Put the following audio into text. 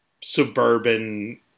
suburban